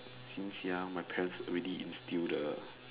since young my parents already instil the